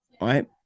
right